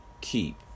keep